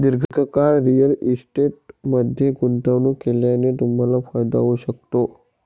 दीर्घकाळ रिअल इस्टेटमध्ये गुंतवणूक केल्याने तुम्हाला फायदा होऊ शकतो